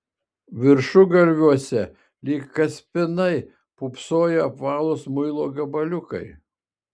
viršugalviuose lyg kaspinai pūpsojo apvalūs muilo gabaliukai